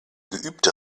geübte